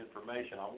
information